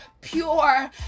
Pure